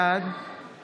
בעד